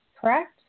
correct